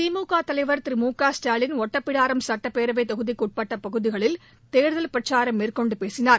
திமுக தலைவர் திரு மு க ஸ்டாலின் ஒட்டப்பிடாரம் சுட்டப்பேரவைத் தொகுதிக்கு உட்பட்ட பகுதிகளில் தேர்தல் பிரச்சாரம் மேற்கொண்டு பேசினார்